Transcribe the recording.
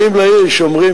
באים לאיש שרואים